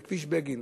בכביש בגין.